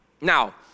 Now